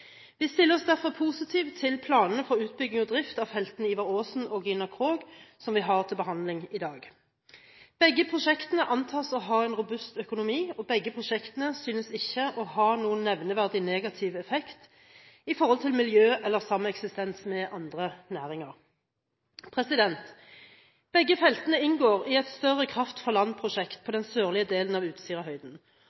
Vi stiller oss derfor positive til planene for utbygging og drift av feltene Ivar Aasen og Gina Krog, som vi har til behandling i dag. Begge prosjektene antas å ha en robust økonomi, og begge prosjektene synes ikke å ha noen nevneverdig negativ effekt knyttet til miljø eller sameksistens med andre næringer. Begge feltene inngår i et større